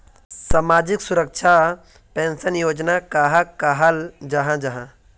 सामाजिक सुरक्षा पेंशन योजना कहाक कहाल जाहा जाहा?